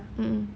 mm mm